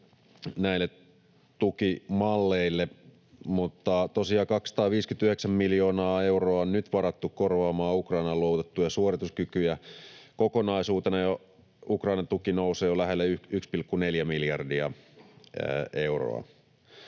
näille tukimalleille, mutta tosiaan 259 miljoonaa euroa on nyt varattu korvaamaan Ukrainaan luovutettuja suorituskykyjä. Kokonaisuutena Ukrainan tuki nousee lähelle 1,4:ää miljardia euroa.